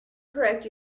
correct